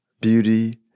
beauty